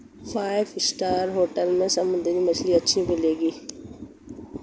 five star hotel में समुद्री मछली अच्छी मिलेंगी